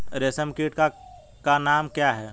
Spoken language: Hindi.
रेशम कीट का नाम क्या है?